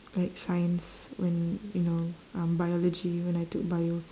like science when you know um biology when I took bio